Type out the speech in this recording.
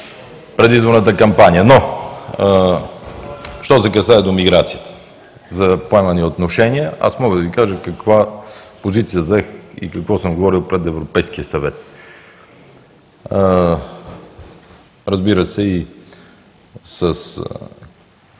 предизборната кампания. Но, що се касае до миграцията за поемани отношения, аз мога да Ви кажа каква позиция заех и какво съм говорил пред Европейския съвет. Разбира се, и с